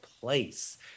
place